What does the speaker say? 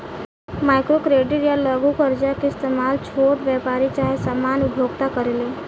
micro credit या लघु कर्जा के इस्तमाल छोट व्यापारी चाहे सामान्य उपभोक्ता करेले